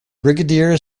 brigadier